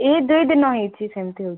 ଏ ଦୁଇଦିନ ହେଇଛି ସେମିତି ହଉଛି